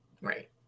right